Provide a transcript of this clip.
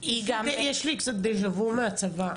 יש לי קצת דז'ה וו מהצבא,